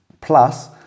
Plus